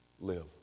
live